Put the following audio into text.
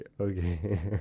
Okay